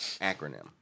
Acronym